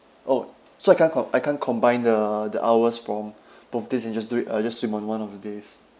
oh so I can't com~ I can't combine the the hours from both this and just do it uh just swim on one of the days